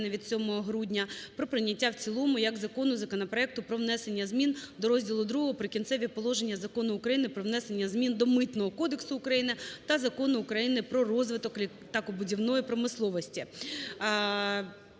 від 7 грудня про прийняття в цілому як закону законопроекту про внесення змін до розділу ІІ "Прикінцеві положення" Закону України "Про внесення змін до Митного кодексу України та Закону України "Про розвиток літакобудівної промисловості".